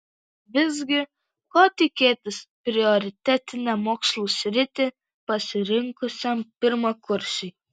visgi ko tikėtis prioritetinę mokslų sritį pasirinkusiam pirmakursiui